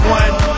one